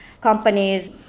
companies